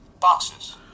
boxes